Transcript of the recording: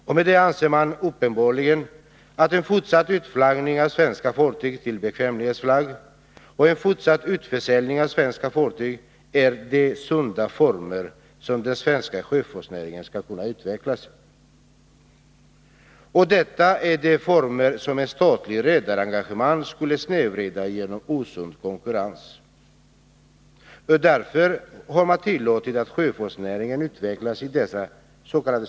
Och med det anser man uppenbarligen att en fortsatt utflaggning av svenska fartyg till bekvämlighetsflagg och en fortsatt utförsäljning av svenska fartyg är de sunda former som den svenska sjöfartsnäringen skall kunna utvecklas i. Detta är de former som ett statligt redarengagemang skulle snedvrida genom osund konkurrens. Därför har man tillåtit att sjöfartsnäringen utvecklats i dessas.k.